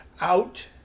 out